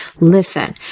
Listen